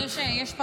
תודה.